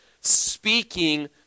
speaking